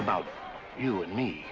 about you and me